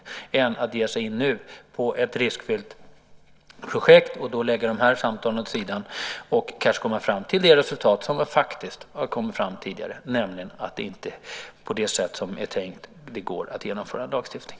Det är bättre än att nu ge sig in på ett riskfyllt projekt, lägga samtalen åt sidan och kanske komma fram till det resultat som man har kommit fram till tidigare, nämligen att det inte går att genomföra en lagstiftning på det sätt som är tänkt.